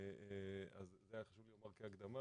אז זה כהקדמה,